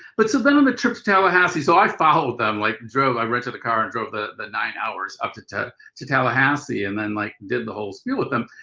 but so then on the trip to tallahassee, so i followed them like drove, i rented a car and drove the the nine hours up to to tallahassee. and then like did the whole spiel with them.